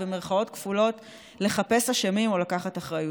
במירכאות כפולות, "לחפש אשמים" או לקחת אחריות.